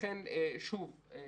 לכן אני חושב,